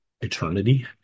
eternity